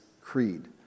creed